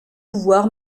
pouvoir